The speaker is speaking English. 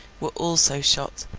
were also shot.